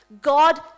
God